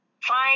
fine